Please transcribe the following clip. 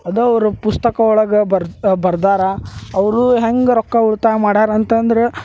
ಅದು ಅವ್ರ ಪುಸ್ತಕ ಒಳಗೆ ಬರ್ದು ಬರ್ದಾರ ಅವರು ಹೆಂಗೆ ರೊಕ್ಕ ಉಳಿತಾಯ ಮಾಡಾರ ಅಂತಂದ್ರೆ